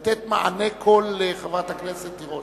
לתת מענה קול לחברת הכנסת תירוש.